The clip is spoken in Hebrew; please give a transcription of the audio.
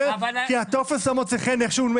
כי העיצוב החדש של טופס לא מוצא חן בעיניך.